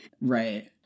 Right